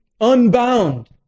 unbound